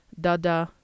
dada